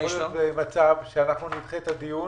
יהיה מצב שנדחה את הדיון